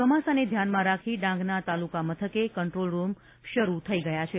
ચોમાસાને ધ્યાનમાં રાખી ડાંગના તાલુકા મથકે કંટ્રોલરૂમ શરૂ થઇ ગયા છે